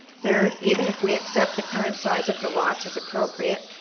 third, even if we accept the current size of the lots as appropriate,